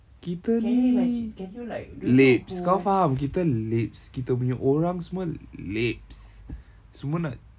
kita ni leps kau faham kita leps kita punya orang semua leps semua nak